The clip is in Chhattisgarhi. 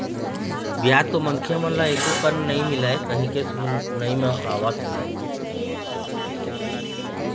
बियाज तो मनखे मन ल एको कन नइ मिलय कहिके सुनई म आवत हे